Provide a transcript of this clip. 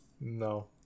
no